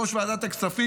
ראש ועדת הכספים,